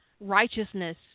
righteousness